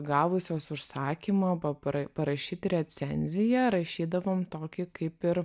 gavusios užsakymą papra parašyt recenziją rašydavom tokį kaip ir